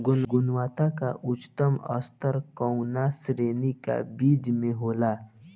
गुणवत्ता क उच्चतम स्तर कउना श्रेणी क बीज मे होला?